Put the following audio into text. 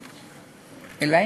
אלי?